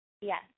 Yes